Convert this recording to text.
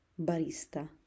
barista